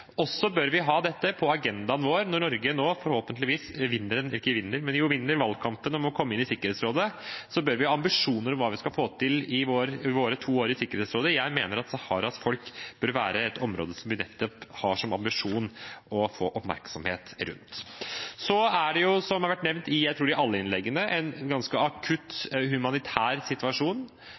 bør også ha dette på agendaen vår når Norge nå forhåpentligvis vinner valgkampen om å komme inn i Sikkerhetsrådet. Vi bør ha ambisjoner om hva vi skal få til i våre to år i Sikkerhetsrådet. Jeg mener at Saharas folk bør være noe som vi nettopp har som ambisjon å få oppmerksomhet rundt. Så er det, som det har vært nevnt i alle innleggene, tror jeg, en ganske akutt humanitær situasjon.